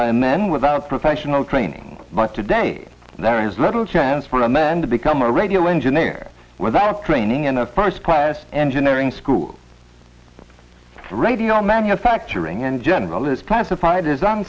by men without professional training but today there is little chance for men to become a radio engineer without training in a first class engineering school radio manufacturing and general is classified